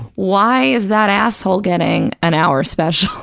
why is that asshole getting an hour special?